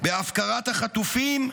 בהפקרת החטופים,